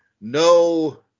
no